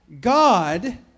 God